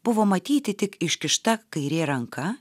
buvo matyti tik iškišta kairė ranka